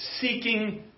seeking